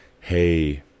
hey